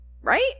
right